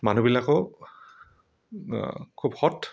মানুহবিলাকো খুব সৎ